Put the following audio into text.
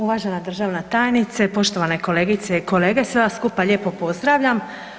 Uvažena državna tajnice, poštovane kolegice i kolege, sve vas skupa lijepo pozdravljam.